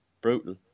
Brutal